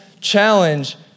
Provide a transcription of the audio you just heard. challenge